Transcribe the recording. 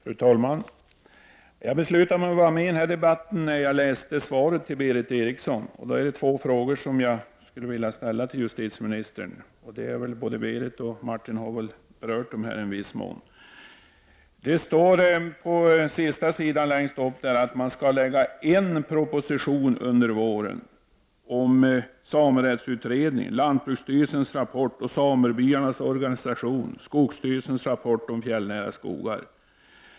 Fru talman! Jag beslutade mig för att vara med i denna debatt när jag läste justitieministerns svar till Berith Eriksson. Jag skulle vilja ställa två frågor till justitieministern. Både Berith Eriksson och Martin Olsson har i viss mån berört dem. Justitieministern säger i svaret att en proposition skall framläggas under våren om samerättsutredningen, lantbruksstyrelsens rapport, samebyarnas organisation och skogsstyrelsens rapport om fjällnära skogar.